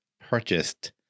purchased